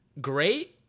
great